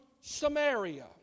Samaria